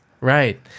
Right